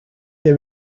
they